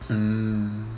mm